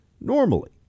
normally